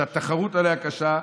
שהתחרות עליה קשה.